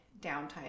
downtime